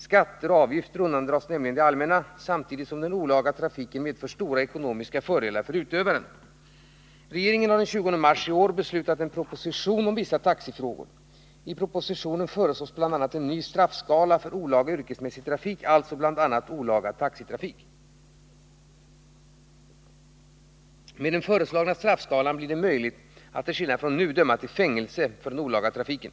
Skatter och avgifter undandras nämligen det allmänna, samtidigt som den olaga trafiken medför stora ekonomiska fördelar för utövaren. straffskalan blir det möjligt att till skillnad från nu döma till fängelse för den olaga trafiken.